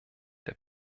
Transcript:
der